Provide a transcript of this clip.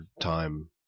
time